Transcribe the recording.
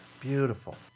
Beautiful